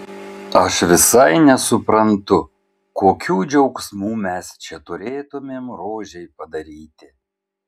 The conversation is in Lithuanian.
aš visai nesuprantu kokių džiaugsmų mes čia turėtumėm rožei padaryti